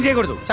go to the